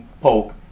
Polk